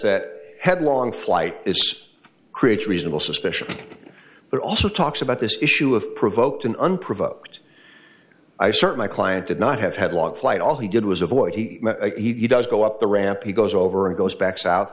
that headlong flight it's creates reasonable suspicion but also talks about this issue of provoked an unprovoked i certainly client did not have had long flight all he did was avoid he does go up the ramp he goes over and goes back south